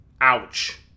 Ouch